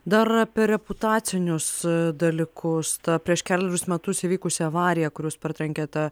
dar apie reputacinius dalykus prieš kelerius metus įvykusią avariją kur jūs partrenkėt